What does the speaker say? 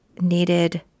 needed